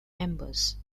members